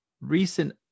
recent